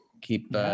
keep